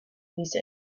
music